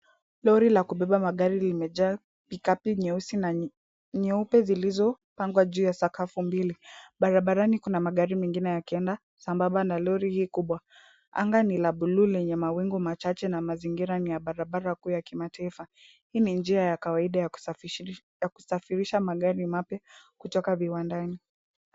Lori la kubeba magari limejaa pick-up nyeusi na nyeupe zilizopangwa juu ya sakafu mbili, barabarani kuna magari mengine yakienda sambamba na lori hili kubwa. Anga ni la bluu lenye mawingu machache na mazingira ni ya barabara kuu ya kimataifa. Hii ni njia ya kawaida ya kusafirisha magari mapya kutoka viwandani.